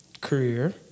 career